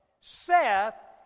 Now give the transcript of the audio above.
Seth